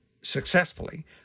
successfully